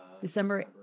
December